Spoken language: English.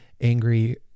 angry